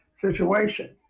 situation